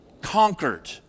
conquered